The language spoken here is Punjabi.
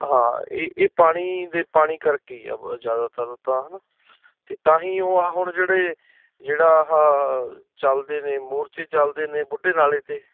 ਹਾਂ ਇਹ ਇਹ ਪਾਣੀ ਦੇ ਪਾਣੀ ਕਰਕੇ ਹੀ ਆ ਜ਼ਿਆਦਾਤਰ ਤਾਂ ਹੈ ਨਾ ਅਤੇ ਤਾਂ ਹੀ ਉਹ ਆ ਹੁਣ ਜਿਹੜੇ ਜਿਹੜਾ ਆਹ ਚੱਲਦੇ ਨੇ ਮੋਰਚੇ ਚਲਦੇ ਨੇ ਬੁੱਢੇ ਨਾਲੇ 'ਤੇ